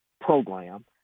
program